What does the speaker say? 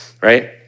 Right